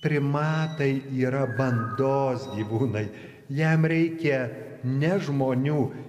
primatai yra bandos gyvūnai jam reikia ne žmonių